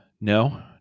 No